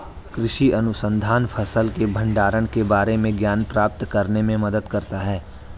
कृषि अनुसंधान फसल के भंडारण के बारे में ज्ञान प्राप्त करने में मदद करता है